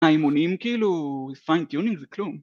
‫האמונים כאילו, ‫פיינטיונים זה כלום.